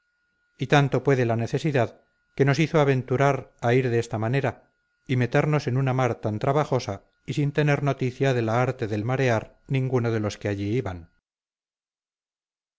y tanto puede la necesidad que nos hizo aventurar a ir de esta manera y meternos en una mar tan trabajosa y sin tener noticia de la arte del marear ninguno de los que allí iban